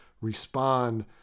Respond